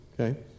Okay